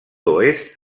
oest